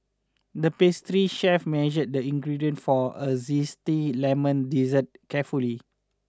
the pastry chef measured the ingredients for a zesty lemon dessert carefully